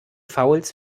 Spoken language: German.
fouls